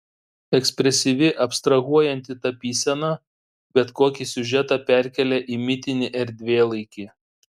ekspresyvi abstrahuojanti tapysena bet kokį siužetą perkelia į mitinį erdvėlaikį